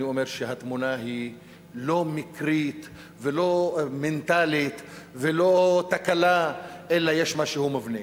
אני אומר שהתמונה היא לא מקרית ולא מנטלית ולא תקלה אלא יש משהו מובנה.